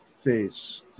face